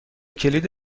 کلید